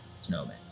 snowman